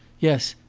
yes,